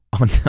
On